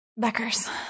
Beckers